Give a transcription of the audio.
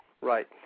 Right